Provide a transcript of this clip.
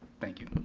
thank you.